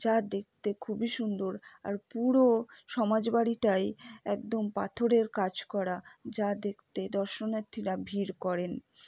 যা দেখতে খুবই সুন্দর আর পুরো সমাজবাড়িটাই একদম পাথরের কাজ করা যা দেখতে দর্শনার্থীরা ভিড় করেন